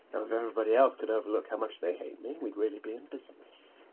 and if everybody else could overlook how much they hate me, we'd really be in business.